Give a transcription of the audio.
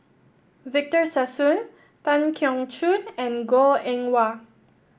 Victor Sassoon Tan Keong Choon and Goh Eng Wah